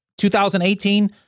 2018